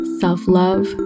self-love